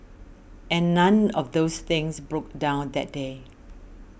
and none of those things broke down that day